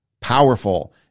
powerful